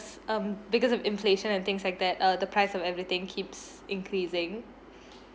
um because of inflation and things like that uh the price of everything keeps increasing